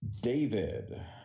David